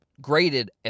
graded